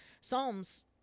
Psalms